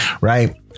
Right